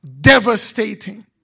devastating